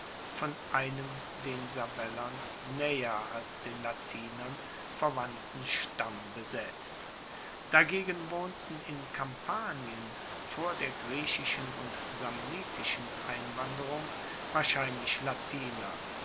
von einem den sabellern naeher als den latinern verwandten stamm besetzt dagegen wohnten in kampanien vor der griechischen und samnitischen einwanderung wahrscheinlich latiner